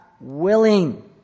willing